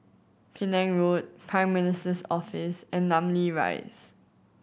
Penang Road Prime Minister's Office and Namly Rise